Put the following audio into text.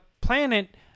planet